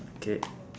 okay